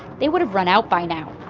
they would've run out by now.